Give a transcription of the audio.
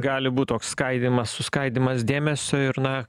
gali būt toks skaidymas suskaidymas dėmesio ir na